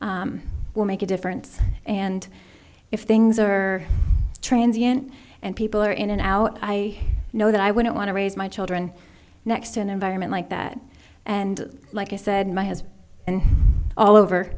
will make a difference and if they are trained ian and people are in and out i know that i wouldn't want to raise my children next to an environment like that and like i said my has all over